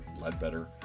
Ledbetter